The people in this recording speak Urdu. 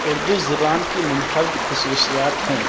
اردو زبان کی مُنفَرِد خصوصیات ہیں